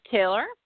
Taylor